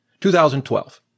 2012